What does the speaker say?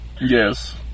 Yes